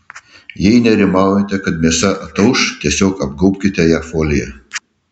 jei nerimaujate kad mėsa atauš tiesiog apgaubkite ją folija